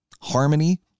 harmony